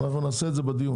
אנחנו נעשה את זה בדיון.